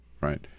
right